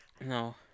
no